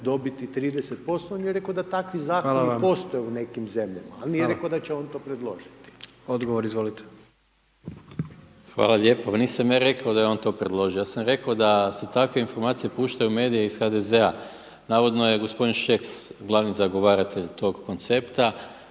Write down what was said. dobiti 30%, on je rekao da takvi zakoni postoje u nekim zemljama, ali nije rekao da će on to predložiti. **Jandroković, Gordan (HDZ)** Odgovor izvolite. **Maras, Gordan (SDP)** Hvala lijepo. Pa nisam ja rekao da je on to predložio. Ja sam rekao da se takve informacije puštaju u medije iz HDZ-a. Navodno je gospodin Šeks glavni zagovaratelj tog koncepta